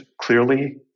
clearly